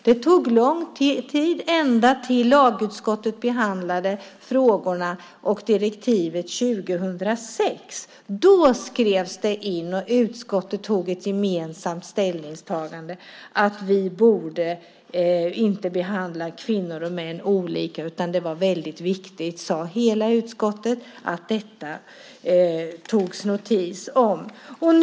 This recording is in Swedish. Det tog lång tid, ända till lagutskottet behandlade frågorna och direktivet 2006. Då skrevs det in, och man gjorde i utskottet ett gemensamt ställningstagande om att vi inte borde behandla kvinnor och män olika. Det var väldigt viktigt, sade hela utskottet, att man tog notis om detta.